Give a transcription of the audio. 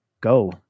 go